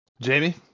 Jamie